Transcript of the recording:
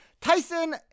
Tyson